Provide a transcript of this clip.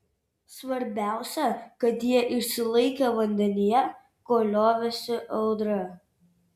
svarbiausia kad jie išsilaikė vandenyje kol liovėsi audra